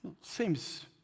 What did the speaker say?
Seems